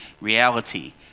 reality